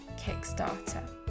kickstarter